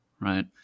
right